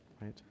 right